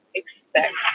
expect